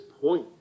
point